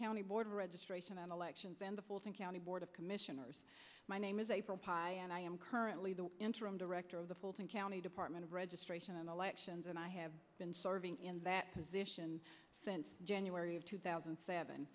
county board of registration and elections and the fulton county board of commissioners my name is april pie and i am currently the interim director of the fulton county department of registration and elections and i have been serving in that position since january of two thousand and seven